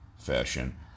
Fashion